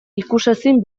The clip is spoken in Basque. ikusezin